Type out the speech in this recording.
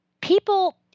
People